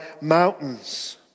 mountains